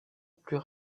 plus